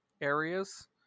areas